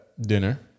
dinner